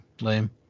lame